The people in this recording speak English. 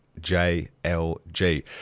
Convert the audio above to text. JLG